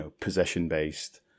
possession-based